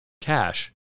cash